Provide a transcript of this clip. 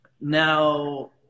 Now